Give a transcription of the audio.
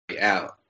out